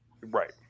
Right